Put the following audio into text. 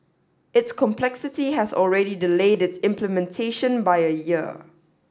its complexity has already delayed its implementation by a year